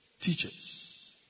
teachers